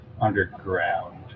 underground